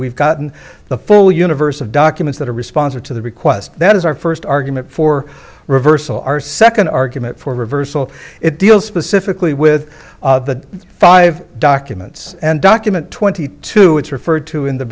we've gotten the full universe of documents that are responsive to the request that is our first argument for reversal our second argument for reversal it deals specifically with the five documents and document twenty two it's referred